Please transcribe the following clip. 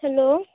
hello